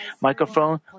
microphone